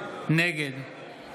נגד